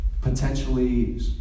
potentially